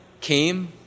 came